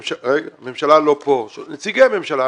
הממשלה לא פה, נציגי הממשלה.